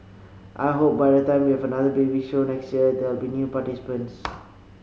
I hope by the time we have another baby show next year there will be new participants